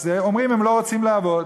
אז אומרים: הם לא רוצים לעבוד.